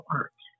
art